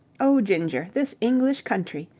oh, ginger, this english country!